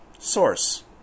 source